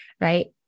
right